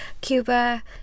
Cuba